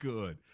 Good